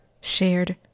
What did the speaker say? Shared